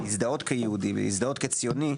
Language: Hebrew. להזדהות כיהודי וכציוני.